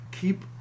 Keep